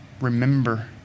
remember